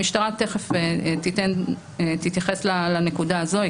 המשטרה תכף תתייחס לנקודה הזאת.